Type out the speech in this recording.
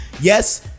Yes